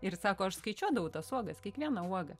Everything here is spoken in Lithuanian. ir sako aš skaičiuodavau tas uogas kiekvieną uogą